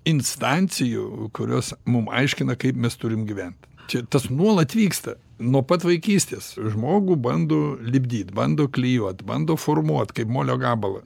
instancijų kurios mum aiškina kaip mes turim gyvent čia tas nuolat vyksta nuo pat vaikystės žmogų bando lipdyt bando klijuot bando formuot kaip molio gabalą